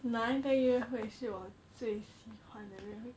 哪一个约会是我最喜欢的约会